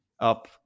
up